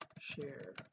share